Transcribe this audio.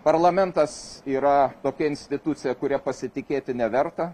parlamentas yra tokia institucija kuria pasitikėti neverta